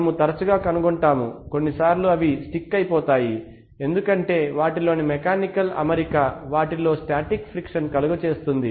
మనము తరచుగా కనుగొంటాము కొన్నిసార్లు అవి స్టిక్ అయిపోతాయి ఎందుకంటే వాటిలోని మెకానికల్ అమరిక వాటి లో స్టాటిక్ ఫ్రిక్షన్ కలుగ చేస్తుంది